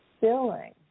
filling